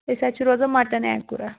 أسۍ حظ چھِ روزان مَٹن اینٛکوٗراہ